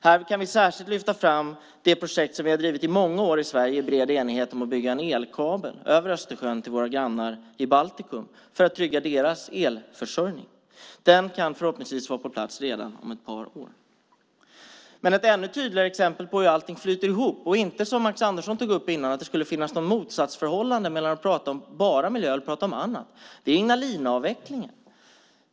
Här kan vi särskilt lyfta fram det projekt vi i Sverige under många år har drivit i bred enighet, nämligen att bygga en elkabel över Östersjön till våra grannar i Baltikum för att trygga deras elförsörjning. Den kan förhoppningsvis vara på plats redan om ett par år. Ett ännu tydligare exempel på att allt flyter ihop och att det inte, som Max Andersson tog upp tidigare, finns något motsatsförhållande som gör att man antingen kan prata bara om miljö eller bara om annat är Ignalinaavvecklingen.